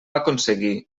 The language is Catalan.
aconseguir